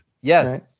Yes